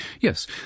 Yes